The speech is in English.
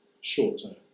short-term